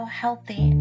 healthy